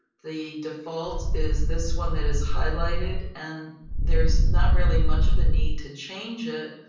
the default is this one that is highlighted, and there is not really much of a need to change it,